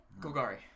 Golgari